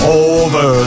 over